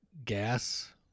Gas